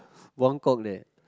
Buangkok there